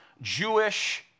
Jewish